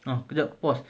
oh kejap pause